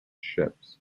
ships